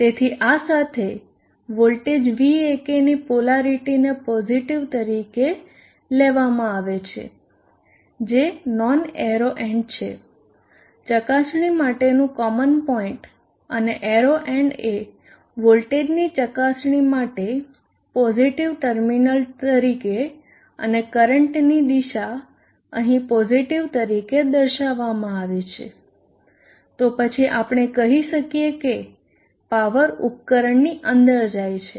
તેથી આ સાથે વોલ્ટેજ Vak ની પોલારિટી ને પોઝીટીવ તરીકે લેવામાં આવે છે જે નોન એરો એન્ડ છે ચકાસણી માટેનું કોમન પોઈન્ટ અને એરો એન્ડ એ વોલ્ટેજની ચકાસણી માટે પોઝીટીવ ટર્મિનલ તરીકે અને કરંટની દિશા અહીં પોઝીટીવ તરીકે દર્શાવવામાં આવી છે તો પછી આપણે કહી શકીએ કે પાવર ઉપકરણની અંદર જાય છે